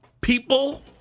People